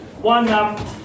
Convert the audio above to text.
One